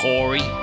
Corey